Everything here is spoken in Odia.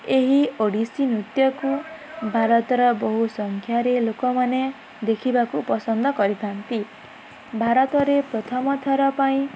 ଏହି ଓଡ଼ିଶୀ ନୃତ୍ୟକୁ ଭାରତର ବହୁ ସଂଖ୍ୟାରେ ଲୋକମାନେ ଦେଖିବାକୁ ପସନ୍ଦ କରିଥାନ୍ତି ଭାରତରେ ପ୍ରଥମ ଥର ପାଇଁ